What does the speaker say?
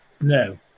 no